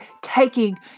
taking